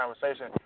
conversation